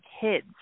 kids